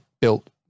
built